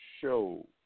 show